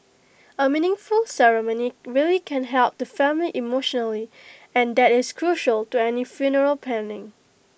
A meaningful ceremony really can help the family emotionally and that is crucial to any funeral planning